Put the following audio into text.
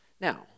Now